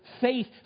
faith